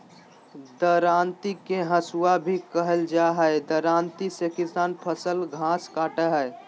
दरांती के हसुआ भी कहल जा हई, दरांती से किसान फसल, घास काटय हई